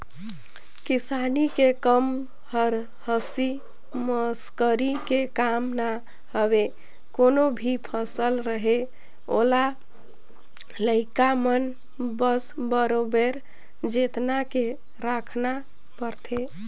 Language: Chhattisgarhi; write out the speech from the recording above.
किसानी के कम हर हंसी मसकरी के काम न हवे कोनो भी फसल रहें ओला लइका मन कस बरोबर जेतना के राखना परथे